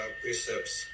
precepts